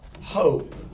hope